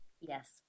Yes